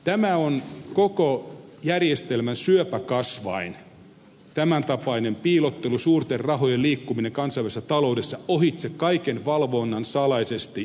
tämä on koko järjestelmän syöpäkasvain tämän tapainen piilottelu suurten rahojen liikkuminen kansainvälisessä taloudessa ohitse kaiken valvonnan salaisesti ja piilossa